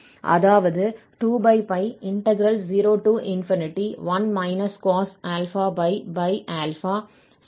அதாவது 201 cos∝πsinαx dα ஆகும்